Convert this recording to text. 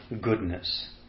goodness